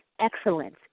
excellence